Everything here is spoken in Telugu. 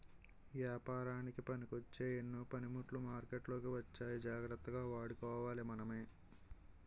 ఏపారానికి పనికొచ్చే ఎన్నో పనిముట్లు మార్కెట్లోకి వచ్చాయి జాగ్రత్తగా వాడుకోవాలి మనమే